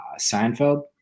Seinfeld